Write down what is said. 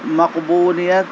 مقبولیت